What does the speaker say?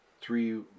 three